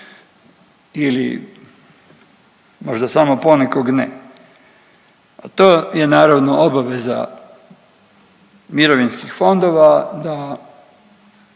ili možda samo ponekog ne, a to je naravno obaveza mirovinskih fondova da